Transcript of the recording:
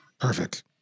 Perfect